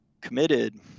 committed